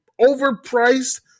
overpriced